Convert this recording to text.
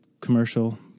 commercial